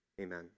Amen